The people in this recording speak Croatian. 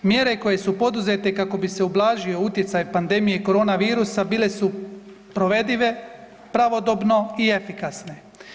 Mjere koje su poduzete kako bi se ublažio utjecaj pandemije korona virusa bile su provedive pravodobno i efikasne.